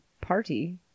party